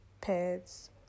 pets